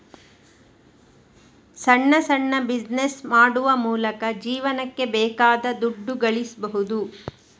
ಸಣ್ಣ ಸಣ್ಣ ಬಿಸಿನೆಸ್ ಮಾಡುವ ಮೂಲಕ ಜೀವನಕ್ಕೆ ಬೇಕಾದ ದುಡ್ಡು ಗಳಿಸ್ಬಹುದು